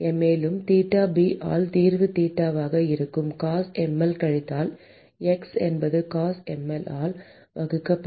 மேலும் theta b ஆல் தீர்வு தீட்டாவாக இருக்கும் Cosh mL கழித்தல் x என்பது Cosh mL ஆல் வகுக்கப்படும்